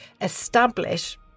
establish